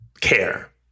care